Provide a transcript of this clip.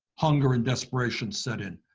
hunger and desperation set in?